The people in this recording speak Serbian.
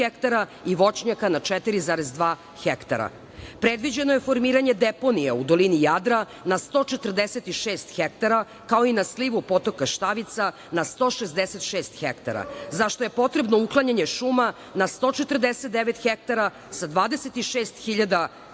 i voćnjaka na 4,2 hektara. Predviđeno je formiranje deponija u dolini Jadra na 146 hektara kao i na slivu potoka Štavica na 166 hektara za šta je potrebno uklanjanje šuma na 149 hektara sa 26.000 metara